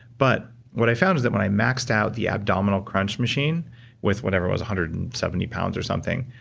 but what i found is that when i maxed out the abdominal crunch machine with whatever it was, one hundred and seventy pounds or something,